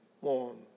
warm